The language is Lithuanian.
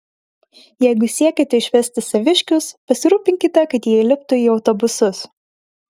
jeigu siekiate išvesti saviškius pasirūpinkite kad jie įliptų į autobusus